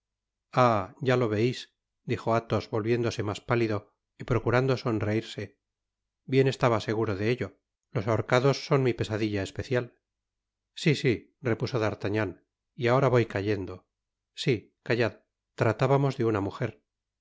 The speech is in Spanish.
ya lo veis dijo athos volviéndose mas pálido y procurando sonreírse bien estaba seguro de ello los ahorcados son mi pesadilla especial sí sí repuso d'artagnan y ahora voy cayendo sí callad tratábamos de una mujer